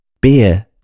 beer